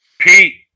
Pete